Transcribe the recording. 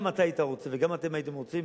גם אתה היית רוצה וגם אתם הייתם רוצים